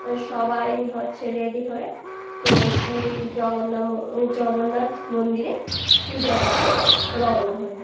সবাই হচ্ছে রেডি হয়ে তো পুরীর জগন্নাথ জগন্নাথ মন্দিরে পূজা দিতে রওনা হল